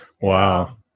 Wow